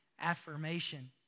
affirmation